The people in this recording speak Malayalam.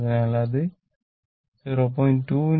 അതിനാൽ ഇത് 0